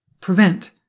prevent